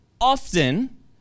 often